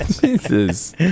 Jesus